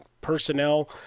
personnel –